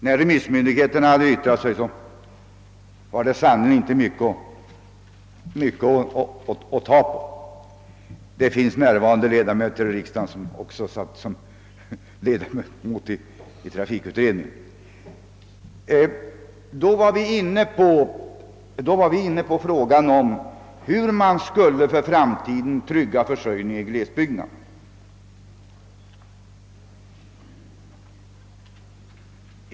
När remissmyndigheterna hade yttrat sig fanns sannerligen inte mycket att ta på. Det finns här närvarande ledamöter av kammaren, vilka också var ledamöter av denna trafikutredning. Vi var då inne på frågan om hur man för framtiden skulle trygga transportförsörjningen i glesbygderna.